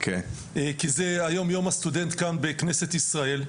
כי היום יום הסטודנט כאן בכנסת ישראל.